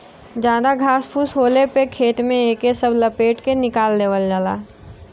जादा घास फूस होले पे खेत में एके सब लपेट के निकाल देवल जाला